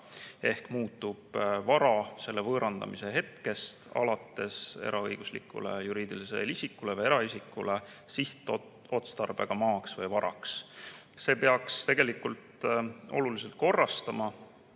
ehk vara muutub võõrandamise hetkest alates eraõiguslikule juriidilisele isikule või eraisikule [sihtotstarbeta] maaks või varaks. See peaks tegelikult oluliselt korrastama